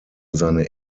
seine